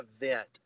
event